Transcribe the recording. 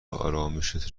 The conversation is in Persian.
آرامِشت